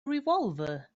revolver